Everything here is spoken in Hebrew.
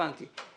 הבנתי.